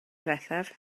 ddiwethaf